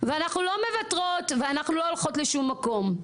ואנחנו לא מוותרות ואנחנו לא הולכות לשום מקום,